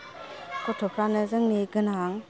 गथ'फ्रानो जोंनि गोनां